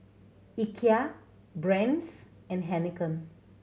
Ikea Brand's and Heinekein